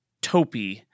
Topi